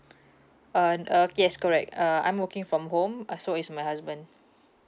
uh uh yes correct uh I'm working from home uh so is my husband